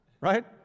right